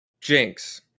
Jinx